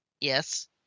Yes